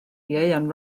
ieuan